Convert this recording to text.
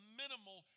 minimal